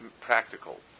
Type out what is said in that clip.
practical